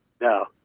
No